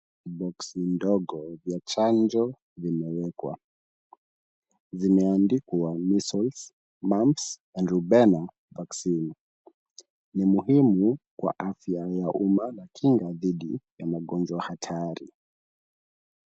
Boksi ndogo vya chanjo vimewekwa. Zimeandikwa measles, mumps and rubella vaccine . Ni muhimu kwa afya ya uma n akinga dhidi ya hatari.